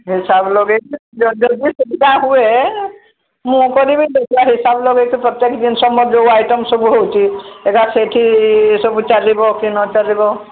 ହିସାବ ଲଗେଇବି ଯଦି ବି ସୁବିଧା ହୁଏ ମୁଁ କରିବି ଦେଖିବା ହିସାବ ଲଗେଇକି ପ୍ରତ୍ୟେକ ଜିନିଷ ମୋର ଯୋଉ ଆଇଟମ୍ ସବୁ ହେଉଛି ଏକା ସେଇଠି ସବୁ ଚାଲିବ କି ନ ଚାଲିବ